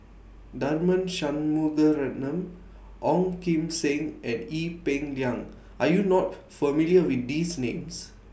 Tharman Shanmugaratnam Ong Kim Seng and Ee Peng Liang Are YOU not familiar with These Names